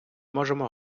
можемо